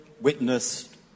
witnessed